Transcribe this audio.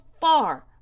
far